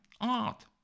Art